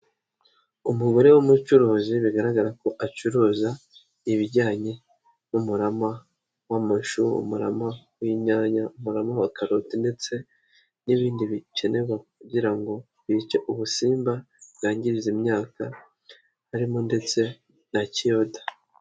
Umugore w'umucuruzi bigaragara ko acuruza ibijyanye n'umurama w'amashu, umurama w'inyanya, umurama wakaroti ndetse n'ibindi bikenewe kugira ngo bice ubusimba bwangiriza imyaka harimo ndetse na kiyoda.